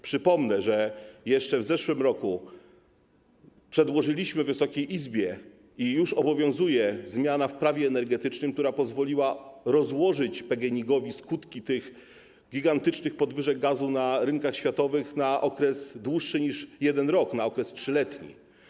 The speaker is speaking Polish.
Przypomnę, że jeszcze w zeszłym roku przedłożyliśmy Wysokiej Izbie - i ona już obowiązuje - zmianę w Prawie energetycznym, która pozwoliła PGNiG-owi rozłożyć skutki tych gigantycznych podwyżek gazu na rynkach światowych na okres dłuższy niż rok, na okres 3-letni.